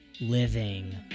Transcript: living